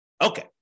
Okay